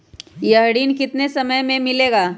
यह ऋण कितने समय मे मिलेगा?